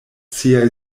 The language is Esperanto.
siaj